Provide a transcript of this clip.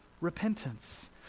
repentance